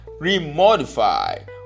remodify